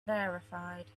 verified